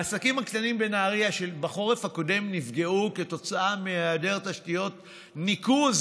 העסקים הקטנים בנהריה שבחורף הקודם נפגעו כתוצאה מהיעדר תשתיות ניקוז,